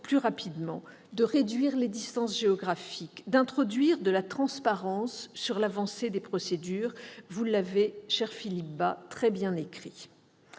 plus rapidement, de réduire les distances géographiques, d'introduire de la transparence sur l'avancée des procédures. Vous l'avez, cher Philippe Bas, très bien écrit.